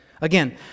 Again